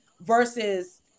versus